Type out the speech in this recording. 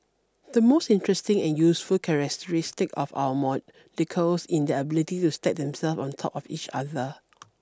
the most interesting and useful characteristic of our molecules in their ability to stack themselves on the top of each other